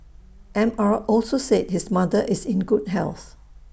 M R also said his mother is in good health